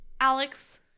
Alex